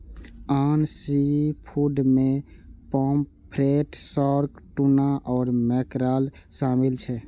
आन सीफूड मे pomfret, shark, tuna आ मैकेरल शामिल छै